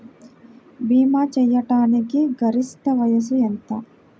భీమా చేయాటానికి గరిష్ట వయస్సు ఎంత?